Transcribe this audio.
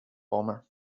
bomber